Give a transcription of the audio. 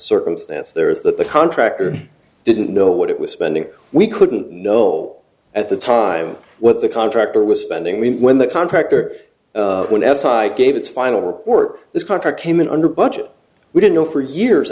circumstance there is that the contractor didn't know what it was spending we couldn't know at the time what the contractor was spending we when the contractor went outside gave its final report this contract came in under budget we didn't know for years